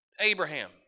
Abraham